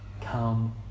come